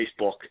Facebook